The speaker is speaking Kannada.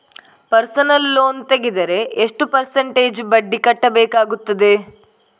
ಪರ್ಸನಲ್ ಲೋನ್ ತೆಗೆದರೆ ಎಷ್ಟು ಪರ್ಸೆಂಟೇಜ್ ಬಡ್ಡಿ ಕಟ್ಟಬೇಕಾಗುತ್ತದೆ?